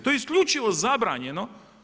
To je isključivo zabranjeno.